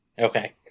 Okay